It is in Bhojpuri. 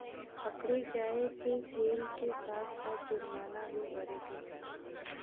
पकड़े जाये पे जेल के साथ साथ जुरमाना भी भरे के होला